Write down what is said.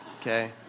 okay